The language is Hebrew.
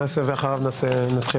אני אתחיל